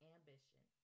Ambition